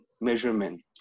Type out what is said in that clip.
measurement